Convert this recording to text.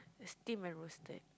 steamed and roasted